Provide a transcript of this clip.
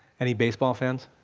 any baseball fans?